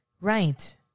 right